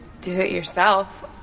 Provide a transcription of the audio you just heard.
do-it-yourself